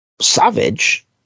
Savage